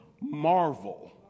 marvel